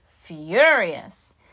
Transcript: furious